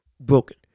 broken